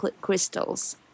crystals